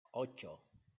ocho